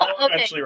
Okay